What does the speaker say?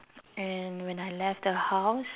and when I left the house